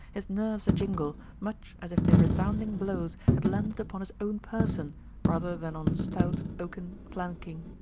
his nerves a-jingle, much as if the resounding blows had landed upon his own person rather than on stout oaken planking.